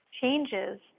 changes